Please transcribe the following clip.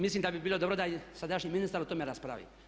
Mislim da bi bilo dobro da sadašnji ministar o tome raspravi.